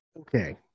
Okay